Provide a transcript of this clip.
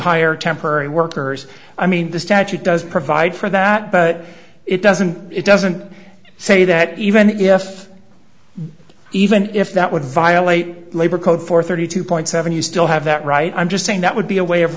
hire temporary workers i mean the statute does provide for that but it doesn't it doesn't say that even if even if that would violate the labor code for thirty two point seven you still have that right i'm just saying that would be a way of